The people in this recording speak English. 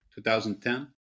2010